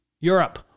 Europe